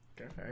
Okay